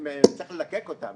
צריך ללקק אותם,